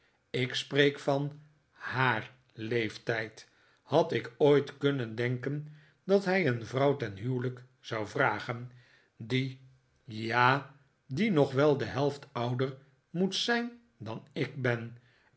ik spreek van haar leeftijd had ik ooit kunnen denken dat hij een vrouw ten huwelijk zou vragen die ja die nog wel de helft ouder moet zijn dan ik ben